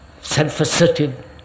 self-assertive